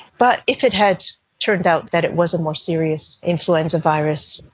but if it had turned out that it was a more serious influenza virus,